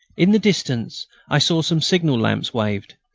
in the distance i saw some signal lamps waved,